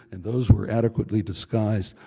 and those were adequately disguised,